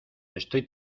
estoy